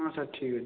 ହଁ ସାର୍ ଠିକ୍ ଅଛି